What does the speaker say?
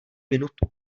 minutu